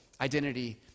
identity